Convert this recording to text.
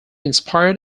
inspired